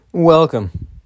Welcome